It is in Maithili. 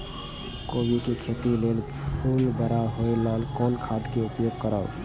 कोबी के खेती लेल फुल बड़ा होय ल कोन खाद के उपयोग करब?